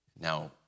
Now